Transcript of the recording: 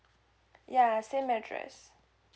ya same address